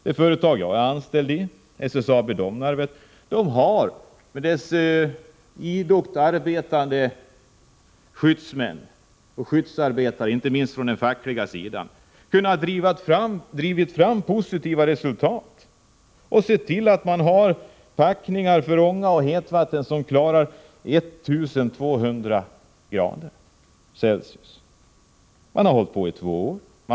Det företag där jag är anställd, SSAB Domnarvet, har tack vare idogt arbetande skyddsarbetare, inte minst från den fackliga sidan, kunnat driva fram positiva resultat och se till att man har packningar för ånga och hetvatten som klarar 1 200? C. Arbetet har drivits i två år.